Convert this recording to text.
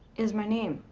is my name.